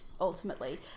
ultimately